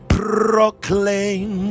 proclaim